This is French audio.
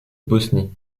bosnie